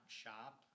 shop